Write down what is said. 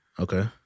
Okay